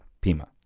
Pima